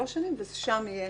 אם תרצו, אבל אז יהיה